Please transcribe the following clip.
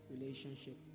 relationship